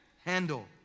handle